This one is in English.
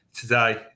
Today